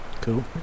Cool